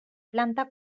planta